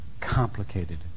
complicated